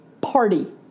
party